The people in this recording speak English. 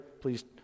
Please